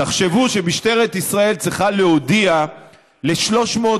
תחשבו שמשטרת ישראל צריכה להודיע ל-350